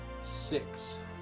six